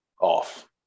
off